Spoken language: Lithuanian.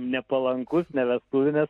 nepalankus ne vestuvinės